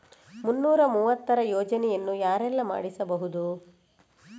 ಮುನ್ನೂರ ಮೂವತ್ತರ ಯೋಜನೆಯನ್ನು ಯಾರೆಲ್ಲ ಮಾಡಿಸಬಹುದು?